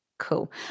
Cool